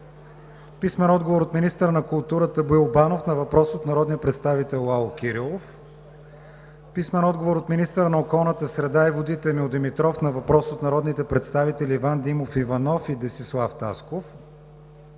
Велинов; - министъра на културата Боил Банов на въпрос от народния представител Лало Кирилов; - министъра на околната среда и водите Емил Димитров на въпрос от народните представители Иван Димов Иванов и Десислав Тасков;